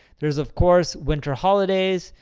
there's, of course, winter holidays.